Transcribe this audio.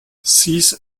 six